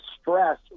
stress